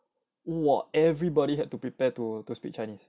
我 everybody had to prepare to speak chinese